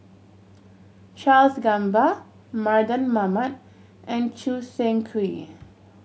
Charles Gamba Mardan Mamat and Choo Seng Quee